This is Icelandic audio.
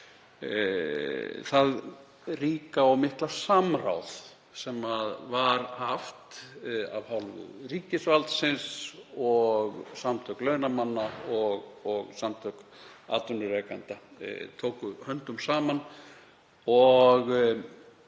það ríka og mikla samráð sem var haft af hálfu ríkisvaldsins og samtök launamanna og samtök atvinnurekanda tóku höndum saman.